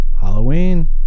Halloween